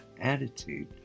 attitude